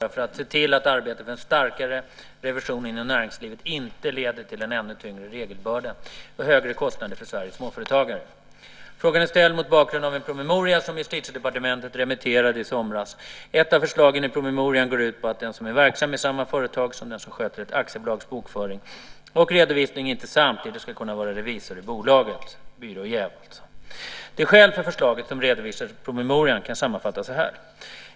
Fru talman! Anna Grönlund har frågat mig vad jag tänker göra för att se till att arbetet för en starkare revision inom näringslivet inte leder till en ännu tyngre regelbörda och högre kostnader för Sveriges småföretagare. Frågan är ställd mot bakgrund av en promemoria som Justitiedepartementet remitterade i somras. Ett av förslagen i promemorian går ut på att den som är verksam i samma företag som den som sköter ett aktiebolags bokföring och redovisning inte samtidigt ska kunna vara revisor i bolaget - "byråjäv". De skäl för förslaget som redovisas i promemorian kan sammanfattas så här.